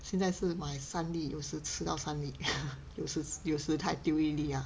现在是买三粒有时吃到三粒有时有时才丢一粒 ah